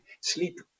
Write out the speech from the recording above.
Sleep